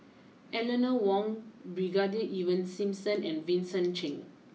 Eleanor Wong Brigadier Ivan Simson and Vincent Cheng